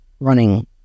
running